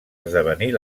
esdevenir